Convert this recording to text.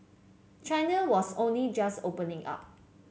China was only just opening up